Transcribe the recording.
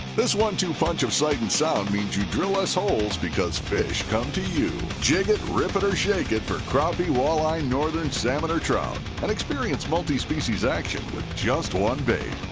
this one-two punch of sight and sound means you drill less holes because fish come to you! jig it, rip it, or shake it for crappie, walleye, northern, salmon, or trout! and experience multi-species action with just one bait!